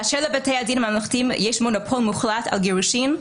כאשר לבתי הדין הממלכתיים יש מונופול מוחלט על הגירושים,